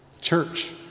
Church